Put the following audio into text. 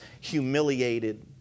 humiliated